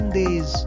days